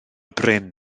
bryn